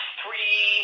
three